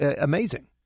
amazing